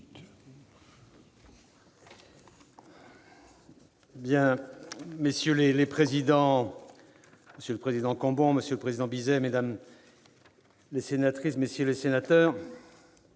Monsieur le président, monsieur le président Cambon, monsieur le président Bizet, mesdames, messieurs les sénateurs,